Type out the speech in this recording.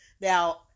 Now